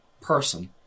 person